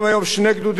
הם היו מאוישים.